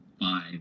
five